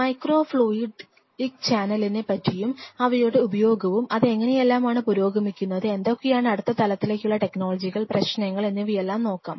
micro fluidic ചാനലിനെ പറ്റിയും അവയുടെ ഉപയോഗവും അത് എങ്ങനെയെല്ലാമാണ് പുരോഗമിക്കുന്നത് എന്തൊക്കെയാണ് അടുത്ത തലത്തിലുള്ള ടെക്നോളജികൾ പ്രശ്നങ്ങൾ എന്നിവയെല്ലാം നോക്കാം